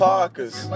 Parkers